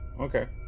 okay